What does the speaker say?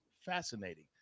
Fascinating